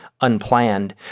Unplanned